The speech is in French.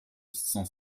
cent